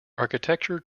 architecture